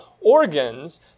organs